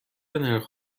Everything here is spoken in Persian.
نرخ